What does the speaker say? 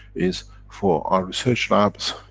is for our research labs